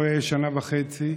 אחרי שנה וחצי.